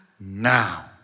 now